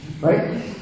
right